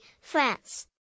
France